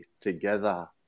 together